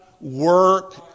work